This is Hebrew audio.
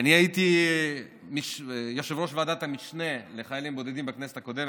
אני הייתי יושב-ראש ועדת המשנה לחיילים בודדים בכנסת הקודמת,